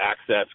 access